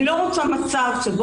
אני לא רוצה שבחדר